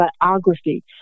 biography